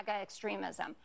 extremism